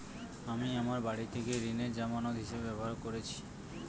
আমি আমার বাড়িটিকে ঋণের জামানত হিসাবে ব্যবহার করেছি